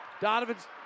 Donovan's